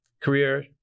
career